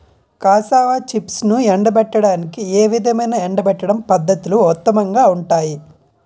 Cassava చిప్స్ను ఎండబెట్టడానికి ఏ విధమైన ఎండబెట్టడం పద్ధతులు ఉత్తమంగా ఉంటాయి?